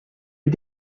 est